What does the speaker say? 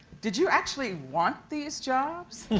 did you actually want these jobs?